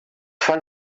fan